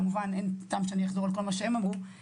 כמובן אין טעם שאני אחזור על כל מה שהם אמרו,